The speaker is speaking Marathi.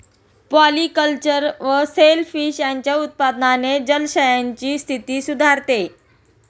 पॉलिकल्चर व सेल फिश यांच्या उत्पादनाने जलाशयांची स्थिती सुधारते